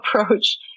approach